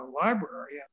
library